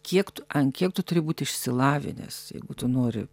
kiek tu ant kiek tu turi būt išsilavinęs jeigu tu nori